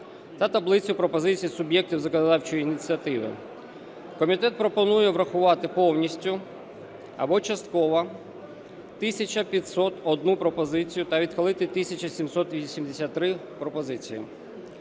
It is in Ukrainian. та таблицю пропозицій суб'єктів законодавчої ініціативи. Комітет пропонує врахувати повністю або частково 1 тисячу 501 пропозицію та відхилити 1 тисячу 783 пропозиції.